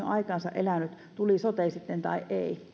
aikansa elänyt tuli sitten sote tai